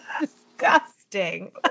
Disgusting